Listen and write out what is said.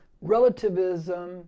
relativism